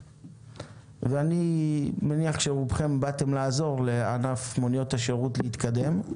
ואני מניח שרובכם באתם לעזור לענף מוניות השירות להתקדם.